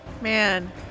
Man